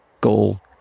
goal